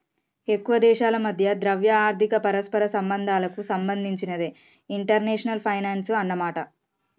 ఎక్కువ దేశాల మధ్య ద్రవ్య ఆర్థిక పరస్పర సంబంధాలకు సంబంధించినదే ఇంటర్నేషనల్ ఫైనాన్సు అన్నమాట